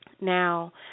Now